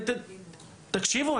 תקשיבו,